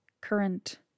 current